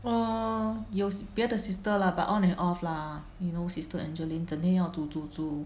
err 有别的 sister lah but on and off lah you know sister Angeline 整天要煮煮煮